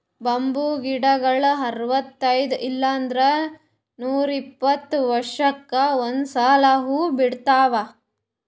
bamboo ಗಿಡಗೊಳ್ ಅರವತೈದ್ ಇಲ್ಲಂದ್ರ ನೂರಿಪ್ಪತ್ತ ವರ್ಷಕ್ಕ್ ಒಂದ್ಸಲಾ ಹೂವಾ ಬಿಡ್ತಾವ್